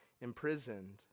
imprisoned